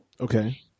Okay